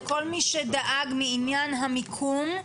לכל מי שדאג מעניין המיקום,